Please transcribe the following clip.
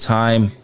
time